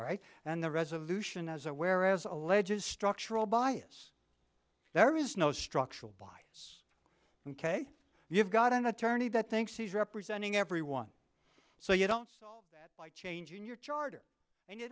right and the resolution as aware as alleges structural bias there is no structural bottom ok you have got an attorney that thinks he's representing everyone so you don't like change in your charter and you